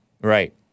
Right